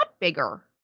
Bigger